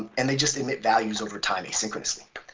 and they just emit values over time asynchronously.